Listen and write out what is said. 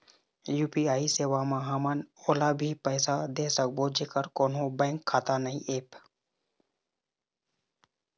UPI सेवा म हमन ओला भी पैसा दे सकबो जेकर कोन्हो बैंक खाता नई ऐप?